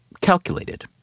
calculated